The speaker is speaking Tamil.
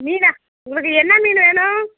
மீனா உங்களுக்கு என்ன மீன் வேணும்